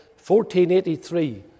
1483